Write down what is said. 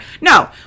No